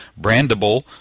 brandable